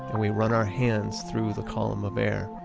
and we run our hands through the column of air.